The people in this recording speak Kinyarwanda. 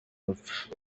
rupfu